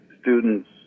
students